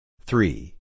Three